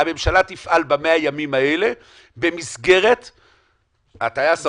שהממשלה תפעל ב-100 הימים האלה במסגרת הטייס האוטומטי.